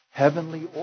heavenly